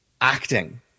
acting